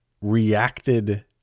reacted